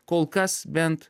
kol kas bent